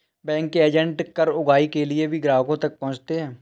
bank के agent कर उगाही के लिए भी ग्राहकों तक पहुंचते हैं